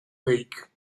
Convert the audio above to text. lake